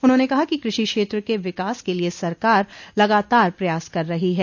उन्होंने कहा कि कृषि क्षेत्र के विकास के लिये सरकार लगातार प्रयास कर रही है